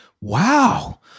Wow